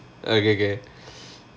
okay okay